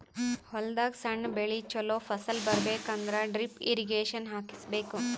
ಹೊಲದಾಗ್ ಸಣ್ಣ ಬೆಳಿ ಚೊಲೋ ಫಸಲ್ ಬರಬೇಕ್ ಅಂದ್ರ ಡ್ರಿಪ್ ಇರ್ರೀಗೇಷನ್ ಹಾಕಿಸ್ಬೇಕ್